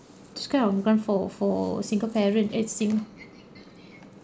this kind of grant for for single parent at sing~